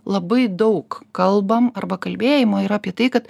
labai daug kalbam arba kalbėjimo yra apie tai kad